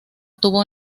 tuvo